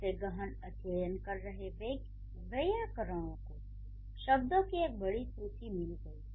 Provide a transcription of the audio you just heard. इससे गहन अध्ययन कर रहे वैयाकरणों को शब्दों की एक बड़ी सूची मिल गई